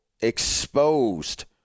exposed